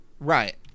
Right